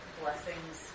blessings